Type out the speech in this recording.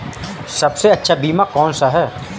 सबसे अच्छा बीमा कौनसा है?